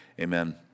amen